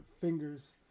fingers